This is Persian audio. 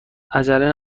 عجله